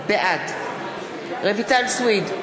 בעד רויטל סויד,